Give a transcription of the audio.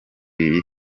iyi